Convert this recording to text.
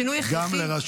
שינוי הכרחי.